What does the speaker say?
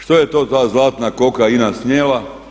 Što je to ta zlatna koka INA snijela?